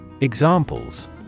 Examples